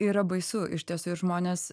yra baisu iš tiesų ir žmonės